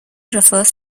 refers